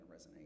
resonate